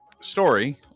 story